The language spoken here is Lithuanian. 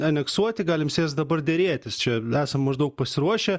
aneksuoti galim sėst dabar derėtis čia esam maždaug pasiruošę